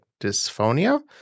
dysphonia